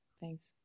thanks